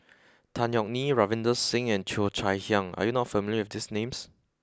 Tan Yeok Nee Ravinder Singh and Cheo Chai Hiang are you not familiar with these names